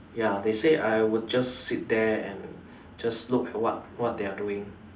ya they say I would just sit there and just look at what what they are doing